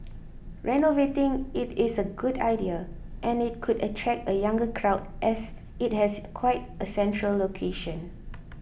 renovating it is a good idea and it could attract a younger crowd as it has quite a central location